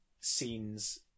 scenes